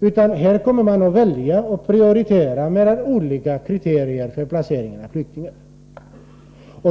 utan man måste välja och prioritera olika kriterier för placering av flyktingar.